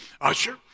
usher